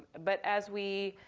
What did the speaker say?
but as we